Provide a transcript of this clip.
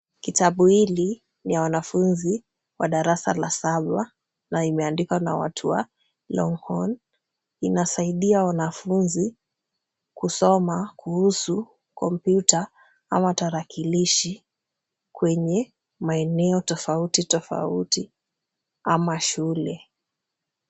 Kitabu hili ni ya wanafunzi wa darasa la saba na imeandikwa na watu wa Longhorn. Inasaidia wanafunzi kusoma kuhusu kompyuta ama tarakilishi, kwenye maeneo tofauti tofauti ama shule.